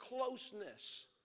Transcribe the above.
closeness